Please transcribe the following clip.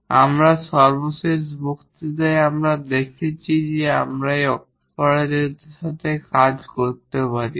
এবং আমরা সর্বশেষ বক্তৃতায় আমরা দেখেছি যে আমরা এই অপারেটরদের সাথে কাজ করতে পারি